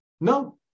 No